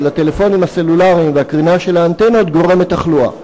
הטלפונים הסלולריים והקרינה של האנטנות גורמות תחלואה.